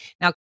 Now